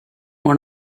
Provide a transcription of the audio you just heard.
one